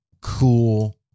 cool